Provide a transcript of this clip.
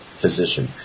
physician